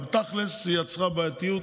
אבל בתכל'ס היא יצרה בעייתיות,